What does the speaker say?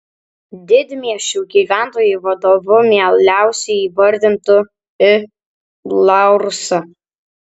didmiesčių gyventojai vadovu mieliausiai įvardintų i laursą